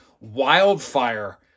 wildfire